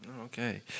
Okay